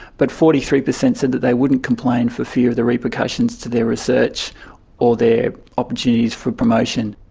but forty three percent said that they wouldn't complain for fear of the repercussions to their research or their opportunities for promotion.